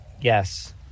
Yes